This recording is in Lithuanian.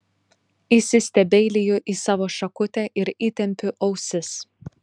įsistebeiliju į savo šakutę ir įtempiu ausis